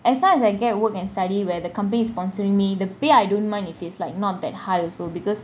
as long as I get work and study where the company is sponsoring me the pay I don't mind if it's like not that high also because